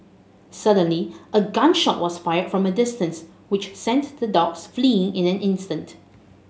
suddenly a gun shot was fired from a distance which sent the dogs fleeing in an instant